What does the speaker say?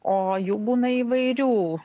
o jų būna įvairių